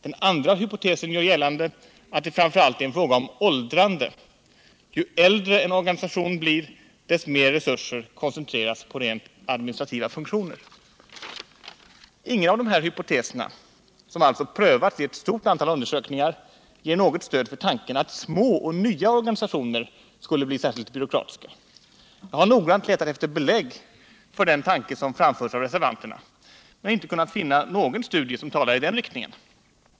Den andra hypotesen gör gällande att det framför allt är en fråga om åldrande — ju äldre en organisation blir, desto mer resurser koncentreras på rent administrativa funktioner. Ingen av de här hypoteserna, som alltså prövats i ett stort antal undersökningar, ger något stöd för tanken att små och nya organisationer skulle bli särskilt byråkratiska. Jag har noggrant letat efter belägg för den tanke som framförs av reservanterna men inte kunnat finna någon studie som talar i den riktningen.